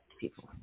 people